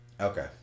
Okay